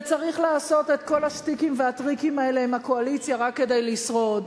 וצריך לעשות את כל השטיקים והטריקים האלה עם הקואליציה רק כדי לשרוד,